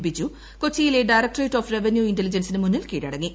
ബിജു കൊച്ചിയിലെ directorate of revenue ഇന്റലിജൻസിന് മുന്നിൽ കീഴടങ്ങി